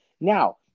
Now